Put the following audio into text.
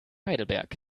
heidelberg